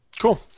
Cool